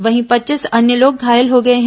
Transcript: वहीं पच्चीस अन्य लोग घायल हो गए हैं